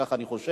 כך אני חושב.